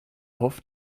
hofft